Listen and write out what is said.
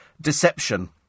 deception